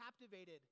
captivated